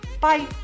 Bye